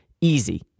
Easy